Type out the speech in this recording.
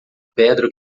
pedra